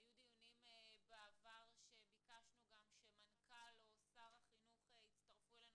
היו דיונים בעבר וביקשנו שהמנכ"ל או שר החינוך יצטרפו אלינו,